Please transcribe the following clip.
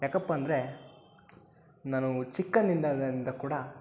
ಯಾಕಪ್ಪ ಅಂದರೆ ನಾನು ಚಿಕ್ಕಂದಿಂದ ಕೂಡ